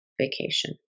vacation